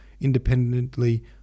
independently